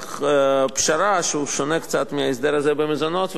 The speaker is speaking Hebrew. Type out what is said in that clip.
לנוסח פשרה ששונה קצת מההסדר הזה במזונות,